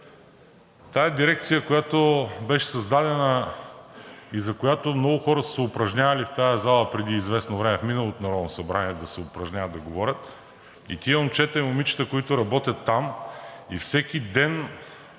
Тази дирекция, която беше създадена и за която много хора са се упражнявали в тази зала преди известно време – в миналото Народно събрание, да се упражняват да говорят, и тези момчета, и момичета, които работят там, и всеки ден